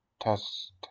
test